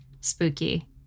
spooky